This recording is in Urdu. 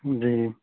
جی